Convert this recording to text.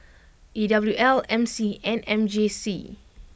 E W L M C and M J C